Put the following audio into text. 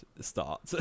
start